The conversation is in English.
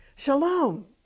Shalom